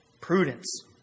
Prudence